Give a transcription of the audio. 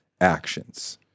actions